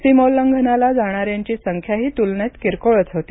सीमोल्लंघनाला जाणार्यांणची संख्याही तुलनेत किरकोळच होती